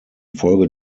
folge